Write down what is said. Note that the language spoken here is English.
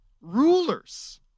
rulers